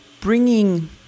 bringing